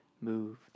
moved